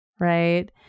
right